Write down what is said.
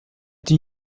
die